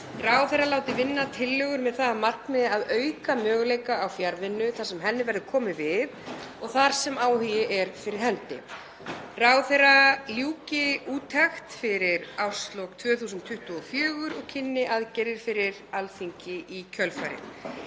viðurkenndra rannsókna með það að markmiði að auka möguleika á fjarvinnu þar sem henni verður komið við og þar sem áhugi er fyrir hendi. Ráðherra ljúki úttekt fyrir árslok 2024 og kynni aðgerðir fyrir Alþingi í kjölfarið.